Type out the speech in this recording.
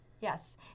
Yes